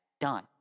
done